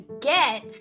get